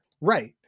right